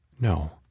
No